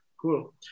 cool